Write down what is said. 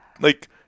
like-